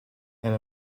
and